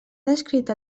descrit